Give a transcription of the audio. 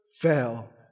fell